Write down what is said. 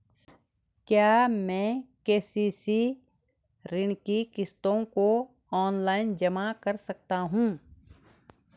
क्या मैं के.सी.सी ऋण की किश्तों को ऑनलाइन जमा कर सकता हूँ?